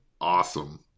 awesome